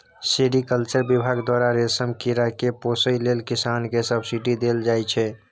sericulture बिभाग द्वारा रेशम कीरा केँ पोसय लेल किसान केँ सब्सिडी देल जाइ छै